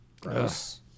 Gross